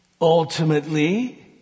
ultimately